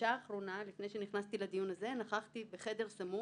אלא שבמדינת ישראל מאז הקמתה ועד היום,